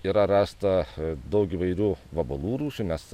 yra rasta daug įvairių vabalų rūšių nes